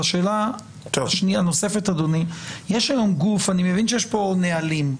השאלה הנוספת, אדוני: אני מבין שיש פה נהלים.